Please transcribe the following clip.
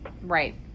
Right